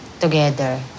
together